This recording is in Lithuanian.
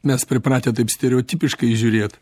mes pripratę taip stereotipiškai žiūrėt